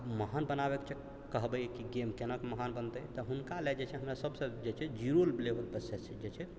महान बनाबै के चऽ कहबै कि गेम केना कऽ महान बनतै तऽ हुनका लऽ जे छै सभसँ जे छै जीरो लेवल पर जे छै